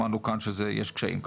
שמענו כאן שיש קשיים גם.